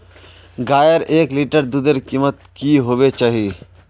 गायेर एक लीटर दूधेर कीमत की होबे चही?